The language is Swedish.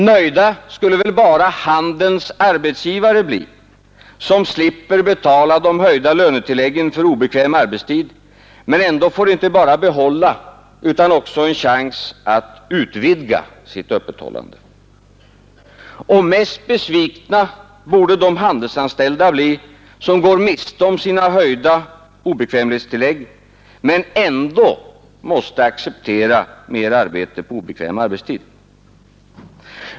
Nöjda skulle väl bara handelns arbetsgivare bli, som slipper betala de höjda lönetilläggen för obekväm arbetstid men ändå får inte bara behålla utan också en chans att utvidga sitt öppethållande. Och mest besvikna borde de handelsanställda bli, som går miste om sina höjda obekvämlighetstillägg men ändå måste acceptera mer arbete på obekväm arbetstid.